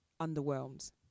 Underwhelmed